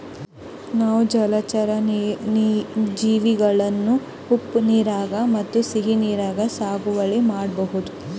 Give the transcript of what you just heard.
ನಾವ್ ಜಲಚರಾ ಜೀವಿಗಳನ್ನ ಉಪ್ಪ್ ನೀರಾಗ್ ಮತ್ತ್ ಸಿಹಿ ನೀರಾಗ್ ಸಾಗುವಳಿ ಮಾಡಬಹುದ್